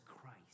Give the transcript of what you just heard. Christ